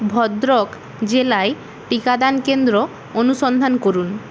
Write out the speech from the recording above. ভদ্রক জেলায় টিকাদান কেন্দ্র অনুসন্ধান করুন